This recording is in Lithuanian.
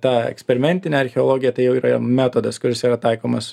ta eksperimentinė archeologija tai jau yra metodas kuris yra taikomas